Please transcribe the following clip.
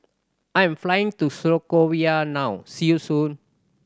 I am flying to Slovakia now see you soon